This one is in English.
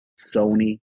Sony